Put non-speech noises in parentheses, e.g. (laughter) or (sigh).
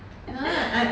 (laughs)